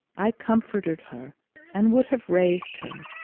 i comforted her and would have raised her,